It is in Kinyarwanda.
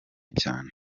cyane